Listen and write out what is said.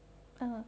ya